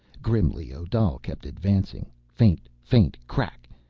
grimly, odal kept advancing. feint, feint, crack!